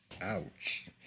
Ouch